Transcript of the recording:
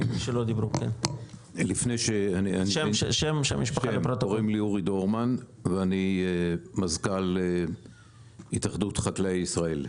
קוראים לי אורי דורמן ואני מזכ"ל התאחדות חקלאי ישראל,